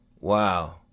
Wow